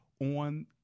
on